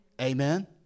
Amen